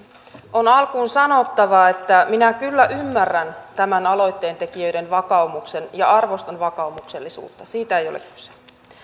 on alkuun sanottava että minä kyllä ymmärrän tämän aloitteen tekijöiden vakaumuksen ja arvostan vakaumuksellisuutta siitä ei ole kyse